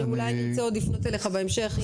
אנחנו אולי נרצה עוד לפנות אליך בהמשך.